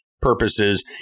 purposes